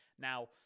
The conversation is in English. Now